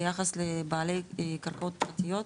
ביחס לבעלי קרקעות פרטיות,